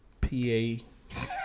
P-A